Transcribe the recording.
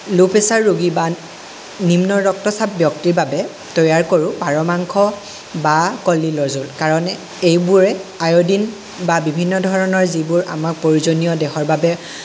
ল' প্ৰেছাৰ ৰোগী বা নিম্ন ৰক্তচাপ ব্যক্তিৰ বাবে তৈয়াৰ কৰোঁ পাৰ মাংস বা কলডিলৰ জোল কাৰণ এইবোৰে আয়'ডিন বা বিভিন্ন ধৰণৰ যিবোৰ আমাৰ প্ৰয়োজনীয় দেহৰ বাবে